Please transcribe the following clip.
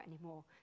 anymore